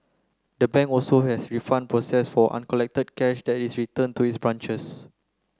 the bank also has refund process for uncollected cash that is returned to its branches